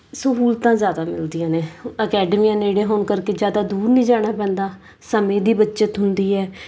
ਸਹੂਲਤਾਂ ਜ਼ਿਆਦਾ ਮਿਲਦੀਆਂ ਨੇ ਅਕੈਡਮੀਆਂ ਨੇੜੇ ਹੋਣ ਕਰਕੇ ਜ਼ਿਆਦਾ ਦੂਰ ਨਹੀਂ ਜਾਣਾ ਪੈਂਦਾ ਸਮੇਂ ਦੀ ਬੱਚਤ ਹੁੰਦੀ ਹੈ